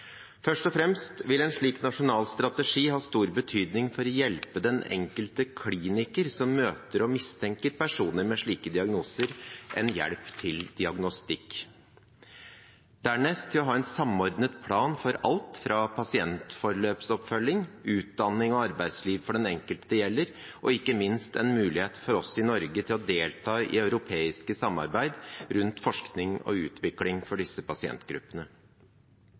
Først og fremst vil en slik nasjonal strategi ha stor betydning for å hjelpe den enkelte kliniker som møter og mistenker at det er personer med slike diagnoser, med hjelp til diagnostikk. Dernest vil det gi en samordnet plan for alt, fra pasientforløpsoppfølging til utdanning og arbeidsliv for den enkelte det gjelder, og ikke minst vil det gi en mulighet for oss i Norge til å delta i europeiske samarbeid rundt forskning og utvikling for disse pasientgruppene.